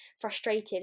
frustrated